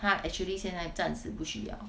她 actually 现在暂时不需要